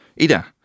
Ida